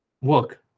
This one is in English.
work